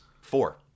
Four